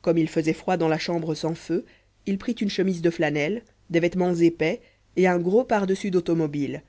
comme il faisait froid dans la chambre sans feu il prit une chemise de flanelle des vêtements épais et un gros pardessus d'automobile